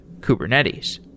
Kubernetes